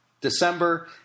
December